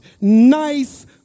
nice